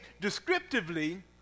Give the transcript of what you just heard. descriptively